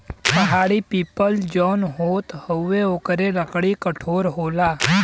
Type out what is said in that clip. पहाड़ी पीपल जौन होत हउवे ओकरो लकड़ी कठोर होला